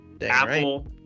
Apple